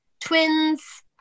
twins